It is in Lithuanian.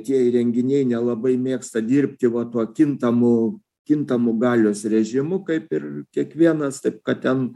tie įrenginiai nelabai mėgsta dirbti va tuo kintamu kintamu galios režimu kaip ir kiekvienas taip kad ten